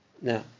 Now